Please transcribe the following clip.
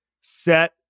set